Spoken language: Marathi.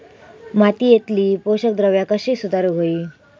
मातीयेतली पोषकद्रव्या कशी सुधारुक होई?